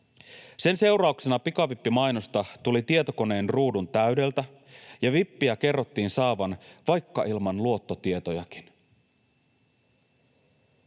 Sen seurauksena pikavippimainosta tuli tietokoneen ruudun täydeltä ja vippiä kerrottiin saavan vaikka ilman luottotietojakin.